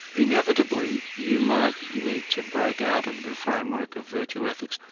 inevitably, you might need to break out of the framework of virtue ethics.